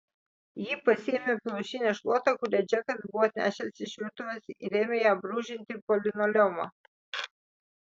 ji pasiėmė plaušinę šluotą kurią džekas buvo atnešęs iš virtuvės ir ėmė ja brūžinti po linoleumą